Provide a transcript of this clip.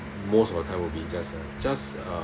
most of the time will be just uh just uh